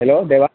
hello